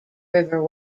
river